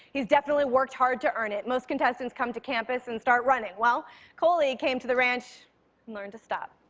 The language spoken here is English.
he's definitely worked hard to earn it. most contestants come to campus and start running well koli came to the ranch and learned to stop.